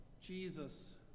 Jesus